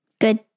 Good